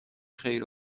خیر